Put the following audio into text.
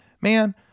man